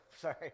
sorry